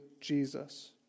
Jesus